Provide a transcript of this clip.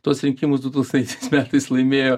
tuos rinkimus du tūkstantaisiais metais laimėjo